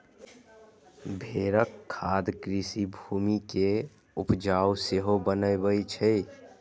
भेड़क खाद कृषि भूमि कें उपजाउ सेहो बनबै छै